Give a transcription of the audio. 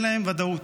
אין להם ודאות,